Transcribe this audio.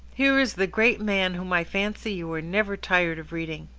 here is the great man whom i fancy you are never tired of reading.